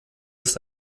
ist